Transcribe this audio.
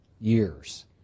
years